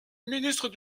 ministre